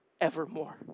evermore